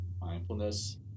Mindfulness